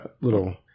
little